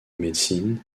médecine